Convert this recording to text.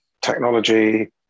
technology